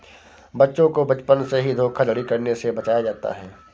बच्चों को बचपन से ही धोखाधड़ी करने से बचाया जाता है